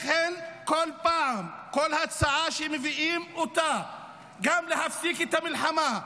לכן כל הצעה שמביאים, גם להפסיק את המלחמה,